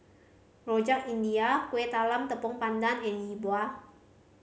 Rojak India Kueh Talam Tepong Pandan and Yi Bua